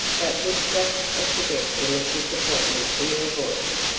but with just a suggestion of disappointment in her voice.